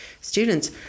students